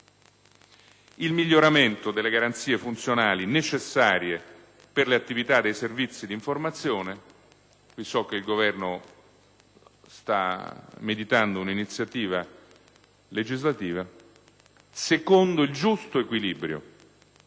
Il miglioramento delle garanzie funzionali necessarie per le attività dei Servizi di informazione - so che il Governo sta meditando una iniziativa legislativa - secondo il giusto equilibrio